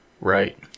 Right